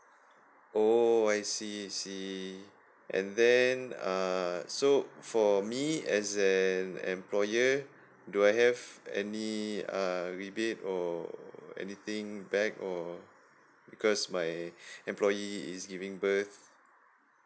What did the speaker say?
oh I see I see and then uh so for me as an employer do I have any uh rebate or anything back or because my employee is giving birth